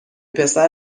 پسر